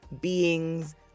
beings